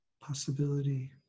possibility